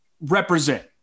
represent